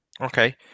Okay